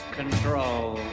control